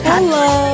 Hello